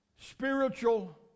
Spiritual